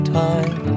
time